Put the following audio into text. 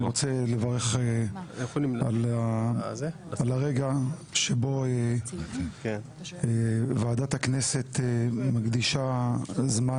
אני רוצה לברך על הרגע שבו ועדת הכנסת מקדישה זמן